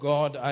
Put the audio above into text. God